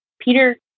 Peter